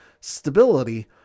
stability